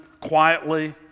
quietly